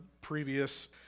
previous